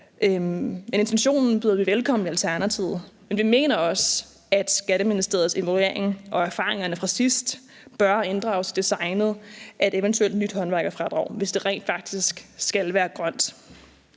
til. Intentionen byder vi velkommen i Alternativet, men vi mener også, at Skatteministeriets involvering og erfaringerne fra sidst bør inddrages i designet af et eventuelt nyt håndværkerfradrag, hvis det rent faktisk skal være grønt.